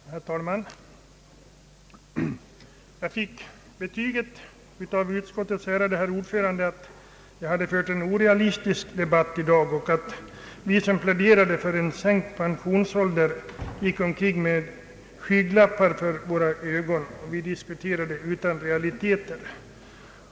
Herr talman! Jag fick av utskottets ärade herr ordförande betyget att jag hade fört en orealistisk debatt i dag och att vi som pläderade för sänkt pensionsålder gick omkring med skygglappar för ögonen! Vi diskuterade utan realiteter.